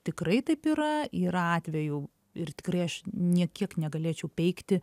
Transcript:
tikrai taip yra yra atvejų ir tikrai aš nė kiek negalėčiau peikti